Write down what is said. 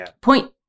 Point